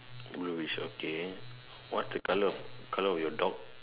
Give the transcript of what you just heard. wheel is okay what's the colour of colour of your dog